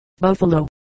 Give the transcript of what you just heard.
Buffalo